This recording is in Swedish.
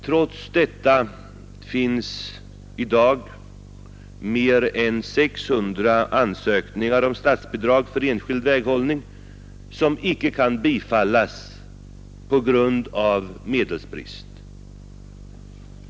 Trots detta finns i dag mer än 600 ansökningar om statsbidrag för enskild väghållning som icke kan bifallas — på grund av medelsbrist.